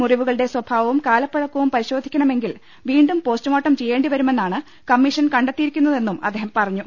മുറിവുകളുടെ സ്വഭാവവും കാലപ്പഴക്കവും പരിശോധിക്കണമെങ്കിൽ വീണ്ടും പോസ്റ്റുമോർട്ടം ചെയ്യേ ണ്ടിവരുമെന്നാണ് കമ്മീഷൻ കണ്ടെത്തിയിരിക്കുന്നതെന്നും അദ്ദേഹം പറ ഞ്ഞു